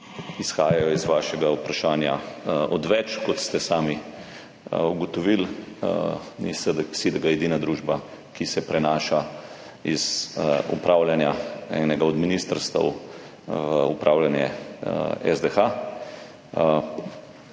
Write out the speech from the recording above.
izhajajo iz vašega vprašanja, odveč. Kot ste sami ugotovili, ni SiDG edina družba, ki se prenaša iz upravljanja enega od ministrstev v upravljanje SDH.